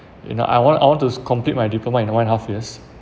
you know I want I want to complete my diploma in one and a half years